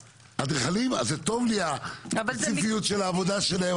אדריכלים, זה טוב לי הספציפיות של העבודה שלהם.